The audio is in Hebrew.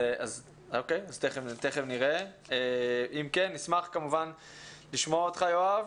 אם כן, נשמח לשמוע אותך, יואב.